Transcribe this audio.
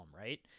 right